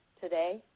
today